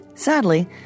Sadly